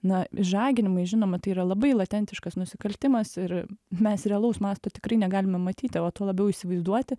na išžaginimai žinoma tai yra labai latentiškas nusikaltimas ir mes realaus masto tikrai negalime matyti o tuo labiau įsivaizduoti